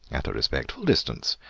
at a respectful distance,